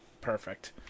Perfect